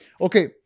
okay